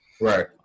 right